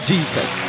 Jesus